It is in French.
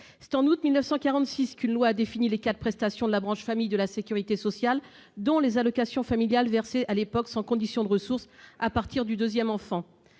C'est en août 1946 qu'une loi a défini les quatre prestations de la branche famille de la sécurité sociale, dont les allocations familiales versées à l'époque sans condition de ressources à partir du deuxième enfant.